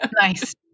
Nice